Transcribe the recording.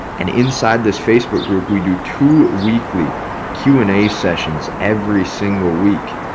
and inside this facebook group, we do two weekly q and a sessions every single week.